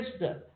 wisdom